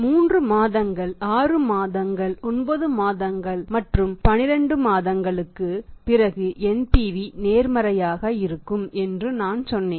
3 மாதங்கள் 6 மாதங்கள் 9 மாதங்கள் 12 மாதங்கள் மற்றும் 12 மாதங்களுக்கு பிறகும் NPV நேர்மறையாக இருக்கும் என்று நான் சொன்னேன்